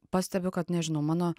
pastebiu kad nežinau mano